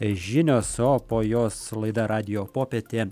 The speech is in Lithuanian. žinios o po jos laida radijo popietė